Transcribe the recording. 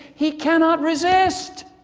he cannot resist.